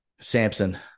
Samson